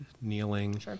kneeling